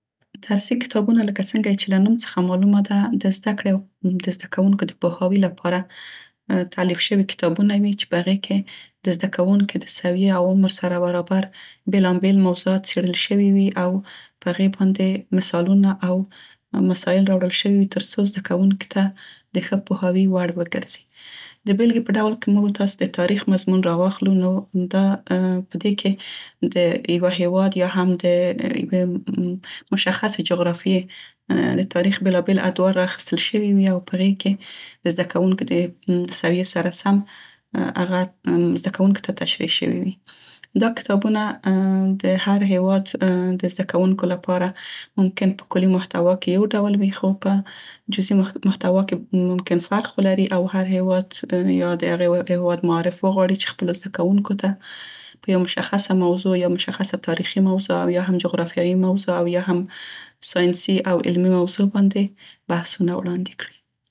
درسي کتابونه لکه څنګه یې چې له نوم څخه معلومه ده د زده کړې او د زده کوونکو د پوهاوي لپاره تآلیف شوي کتابونه وي. چې په هغې کې د زده کوونکو د سویې او عمر سره برابر بیلابیل موضوعات څيړل شوي وي او په هغه باندې مثالونه او مسایل راوړل شوي وي تر څو زده کوونکو ته د ښه پوهاوي وړ وګرځي. ،په دې کې د یوه هیواد یا هم د یوې مشخصې جغرافیې د تاریخ بیلابیل ادوار رااخیستل شوي وي د بیلګې په که موږ او تاسې د تاریخ مضمون راواخلو نو دا او په هغې کې د زده کوونکو د سویې سره سم هغه زده کوونکو ته تشریح شوي وي. دا کتابونه د هر هیواد د زده کوونکو د پاره ممکن په کلي محتوا کې یو ډول وي خو په جزيی محتوا کې ممکن فرق ولري او هر هیواد یا د هغې هیواد معارف وغواړي چې خپلو زده کوونکو ته په یو مشخصه موضوع یا یو مشخصه تاریخي موضوع یا هم جفرافیايي موضوع او یا هم سیاسي او علمي موضوع باندې بحثونه وړاندې کړي.